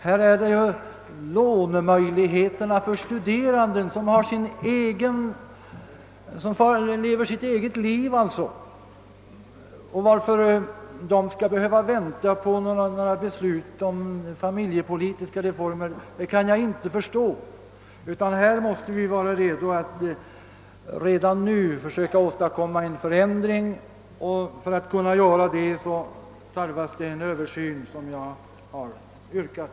Att frågan om lånemöjligheterna för studerande som lever sitt eget liv skall behöva läggas åt sidan i avvaktan på några beslut om familjepolitiska reformer, kan jag inte förstå. Vi måste vara beredda att redan nu försöka åstadkomma en förändring, och för detta tarvas en sådan översyn som jag har yrkat.